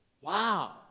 Wow